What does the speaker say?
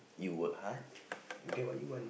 you work hard you get what you want